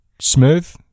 smooth